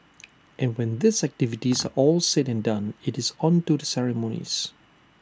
and when these activities all said and done IT is on to the ceremonies